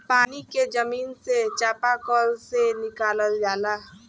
पानी के जमीन से चपाकल से निकालल जाला